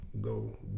go